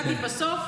בסוף